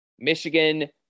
Michigan